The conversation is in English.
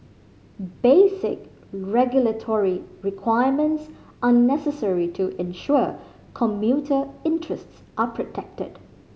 basic regulatory requirements are necessary to ensure commuter interests are protected